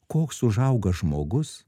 koks užauga žmogus